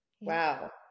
Wow